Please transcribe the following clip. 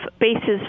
bases